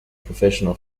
professional